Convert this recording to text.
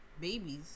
babies